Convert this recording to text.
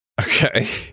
Okay